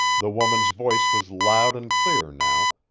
the woman's voice was loud and clear now,